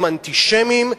הם אנטישמים,